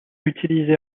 utilisés